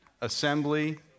assembly